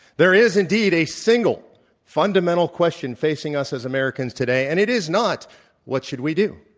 there is indeed a single fundamental question facing us as americans today, and it is not what should we do.